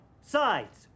Sides